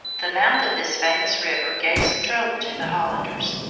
the mouth of this famous river gave some trouble to the hollanders.